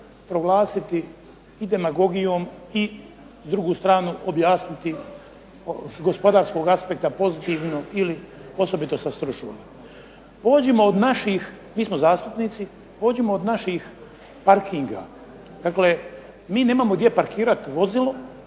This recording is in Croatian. proglasiti i demagogijom i drugu stranu objasniti s gospo aspekta pozitivnom ili osobito sa stručnog. Pođimo od naših mi smo zastupnici, pođimo od naših parkinga. Dakle, mi nemamo gdje parkirati vozilo